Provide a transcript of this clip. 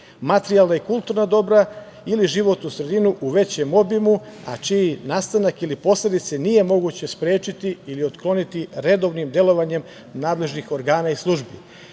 materijalna i kulturna dobra ili životnu sredinu u većem obimu, a čiji nastanak ili posledice nije moguće sprečiti ili otkloniti redovnim delovanjem nadležnih organa i